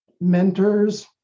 Mentors